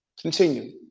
Continue